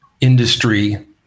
Industry